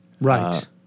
Right